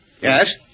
Yes